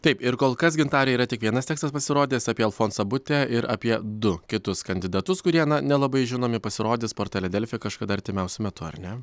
taip ir kol kas gintarė yra tik vienas tekstas pasirodęs apie alfonsą butę ir apie du kitus kandidatus kurie na nelabai žinomi pasirodys portale delfi kažkada artimiausiu metu ar ne